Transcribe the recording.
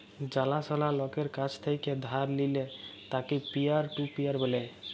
জালা সলা লকের কাছ থেক্যে ধার লিলে তাকে পিয়ার টু পিয়ার ব্যলে